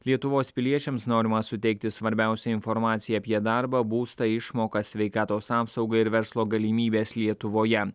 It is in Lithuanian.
lietuvos piliečiams norima suteikti svarbiausią informaciją apie darbą būstą išmokas sveikatos apsaugą ir verslo galimybes lietuvoje